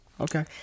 Okay